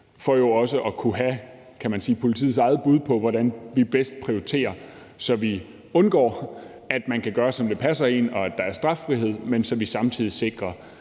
for jo også at kunne have, man kan sige politiets eget bud på, hvordan vi bedst prioriterer, så vi undgår, at man kan gøre, som det passer en, og at der er straffrihed, men så vi samtidig sikrer,